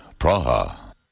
Praha